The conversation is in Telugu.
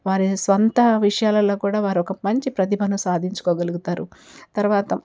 వారి సొంత విషయాలల్లో కూడా వారు ఒక మంచి ప్రతిభను సాధించుకోగలుగుతారు తరువాత